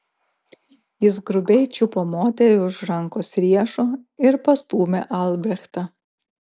jis grubiai čiupo moterį už rankos riešo ir pastūmė albrechtą